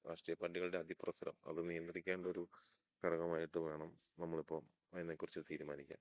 രാഷ്ട്രീയ പാർട്ടികളുടെ അതിപ്രസരം അത് നിയന്ത്രിക്കേണ്ട ഒരു ഘടകമായിട്ട് വേണം നമ്മൾ ഇപ്പം അതിനെ കുറിച്ചു തീരുമാനിക്കാൻ